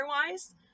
otherwise